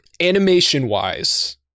Animation-wise